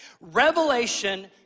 Revelation